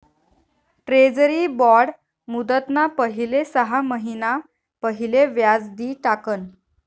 treasury bond मुदतना पहिले सहा महिना पहिले व्याज दि टाकण